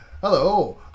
hello